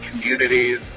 communities